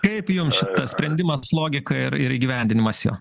kaip jums šitas sprendimams logika ir ir įgyvendinimas jo